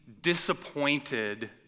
disappointed